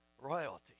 royalty